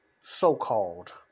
so-called